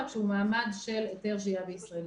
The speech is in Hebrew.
רק שהוא מעמד של היתר שהייה בישראל.